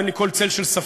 אין לי כל צל של ספק,